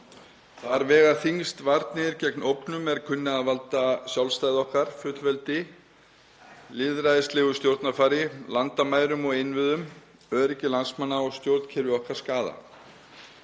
Þar vega þyngst varnir gegn ógnum er kunna að valda sjálfstæði okkar, fullveldi, lýðræðislegu stjórnarfari, landamærum og innviðum, öryggi landsmanna og stjórnkerfi okkar skaða,